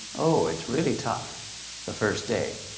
oh, it's really tough the first day.